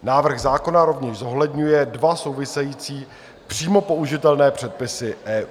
Návrh zákona rovněž zohledňuje dva související přímo použitelné předpisy EU.